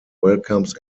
welcomes